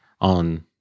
on